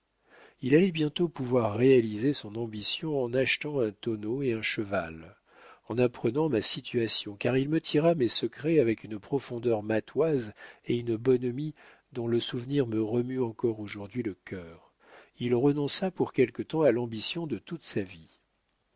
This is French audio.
il allait bientôt pouvoir réaliser son ambition en achetant un tonneau et un cheval en apprenant ma situation car il me tira mes secrets avec une profondeur matoise et une bonhomie dont le souvenir me remue encore aujourd'hui le cœur il renonça pour quelque temps à l'ambition de toute sa vie